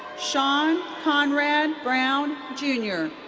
shawn conrad brown jr.